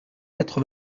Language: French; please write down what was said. quatre